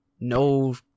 no